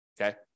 okay